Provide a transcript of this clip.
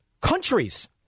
countries